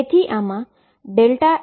તેથી આમાં x→∞ છે